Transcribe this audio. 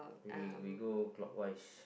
we we we go clockwise